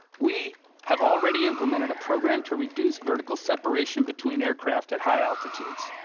we have already implemented a program to reduce vertical separation between aircraft at high altitudes.